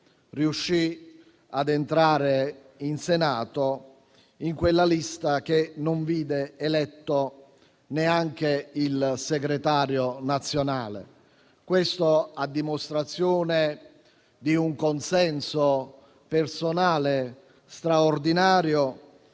riuscì ad entrare in Senato in quella lista che non vide eletto neanche il segretario nazionale. Questo a dimostrazione di un consenso personale straordinario,